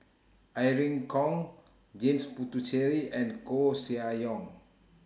Irene Khong James Puthucheary and Koeh Sia Yong